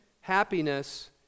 Happiness